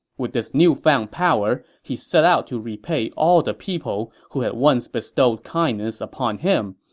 with this newfound power, he set out to repay all the people who had once bestowed kindness upon him,